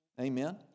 Amen